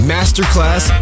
Masterclass